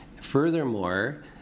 Furthermore